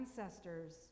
ancestors